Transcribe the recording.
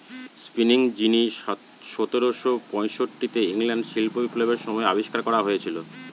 spinning jenny সতেরোশো পয়ষট্টিতে ইংল্যান্ডে শিল্প বিপ্লবের সময় আবিষ্কার করা হয়েছিল